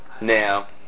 now